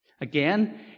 Again